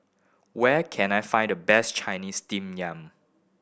where can I find the best Chinese steam yam